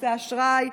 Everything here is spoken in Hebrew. כרטיסי אשראי,